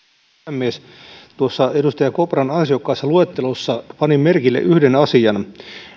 tuossa edustaja kopran ansiokkaassa luettelossa panin merkille yhden asian